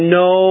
no